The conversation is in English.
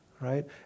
right